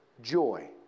joy